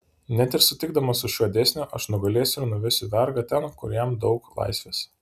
net ir sutikdamas su šiuo dėsniu aš nugalėsiu ir nuvesiu vergą ten kur jam daug laisvės